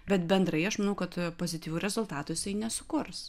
bet bendrai aš manau kad tų pozityvių rezultatų jisai nesukurs